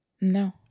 No